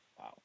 Wow